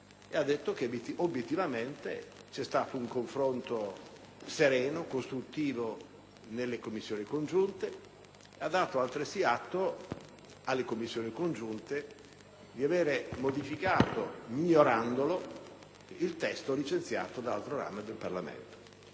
e ha detto che obiettivamente vi è stato un confronto sereno, costruttivo nelle Commissioni riunite e ha dato altresì atto alle stesse Commissioni riunite di aver modificato, migliorandolo, il testo licenziato dall'altro ramo del Parlamento.